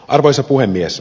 arvoisa puhemies